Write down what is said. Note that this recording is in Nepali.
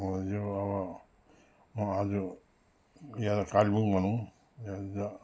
यो अब म आज यहाँ त कालेबुङ भनौँ यहाँनिर